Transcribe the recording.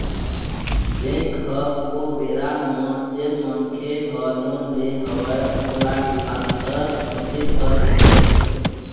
bank ह ओ बेरा म जेन मनखे ह लोन ले हवय ओला डिफाल्टर घोसित कर देथे